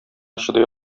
чыдый